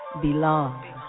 belong